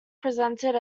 presented